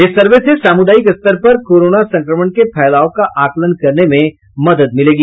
इस सर्वे से सामुदायिक स्तर पर कोरोना संक्रमण के फैलाव का आकलन करने में मदद मिलेगी